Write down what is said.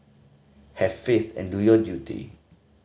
have faith and do your duty